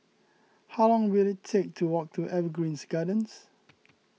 how long will it take to walk to Evergreen Gardens